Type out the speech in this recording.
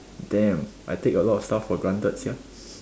damn I take a lot of stuff for granted sia